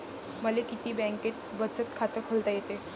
मले किती बँकेत बचत खात खोलता येते?